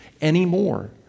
anymore